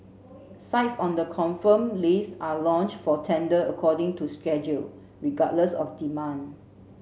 sites on the confirmed list are launched for tender according to schedule regardless of demand